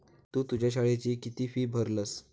तु तुझ्या शाळेची किती फी भरलस?